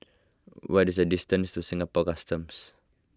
what is the distance to Singapore Customs